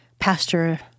pastor